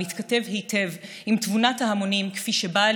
מתכתב היטב עם תבונת ההמונים כפי שהיא באה